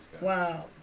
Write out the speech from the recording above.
Wow